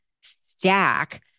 stack